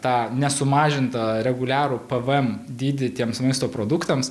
tą nesumažintą reguliarų pvm dydį tiems maisto produktams